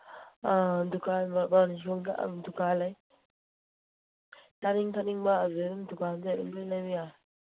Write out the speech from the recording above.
ꯑꯥ ꯗꯨꯀꯥꯟ ꯑꯥ ꯗꯨꯀꯥꯟ ꯆꯥꯅꯤꯡ ꯊꯛꯅꯤꯡꯕ ꯑꯗꯨꯝ ꯗꯨꯀꯥꯟꯗꯨꯗꯒꯤ ꯑꯗꯨꯝ ꯂꯣꯏ ꯂꯩꯕ ꯌꯥꯔꯦ